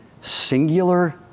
singular